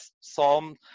psalm